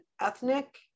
ethnic